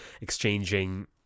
exchanging